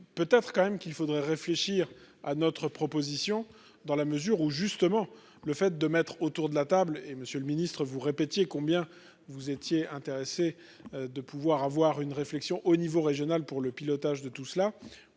Peut-être quand même qu'il faudrait réfléchir à notre proposition, dans la mesure où justement le fait de mettre autour de la table et Monsieur le Ministre, vous répétiez combien vous étiez intéressé de pouvoir avoir une réflexion au niveau régional pour le pilotage de tout cela